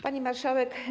Pani Marszałek!